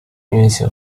运行